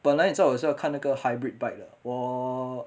本来你知道我也是要看那个 hybrid bike 的我